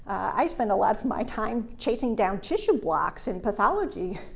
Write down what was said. i spend a lot of my time chasing down tissue blocks in pathology